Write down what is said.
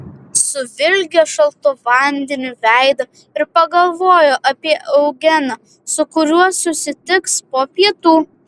suvilgė šaltu vandeniu veidą ir pagalvojo apie eugeną su kuriuo susitiks po pietų